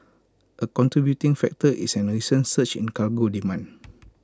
A contributing factor is A recent surge in cargo demand